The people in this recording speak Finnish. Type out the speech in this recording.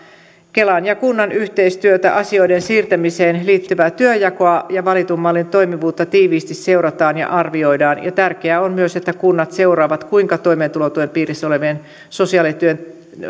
kelan ja kunnan yhteistyötä asioiden siirtämiseen liittyvää työnjakoa ja valitun mallin toimivuutta tiiviisti seurataan ja arvioidaan tärkeää on myös että kunnat seuraavat kuinka toimeentulotuen piirissä olevien sosiaalityön